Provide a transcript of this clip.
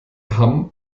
hamm